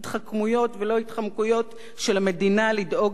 ולא התחמקויות של המדינה לדאוג לחובתה,